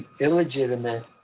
illegitimate